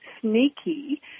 sneaky